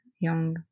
young